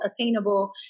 attainable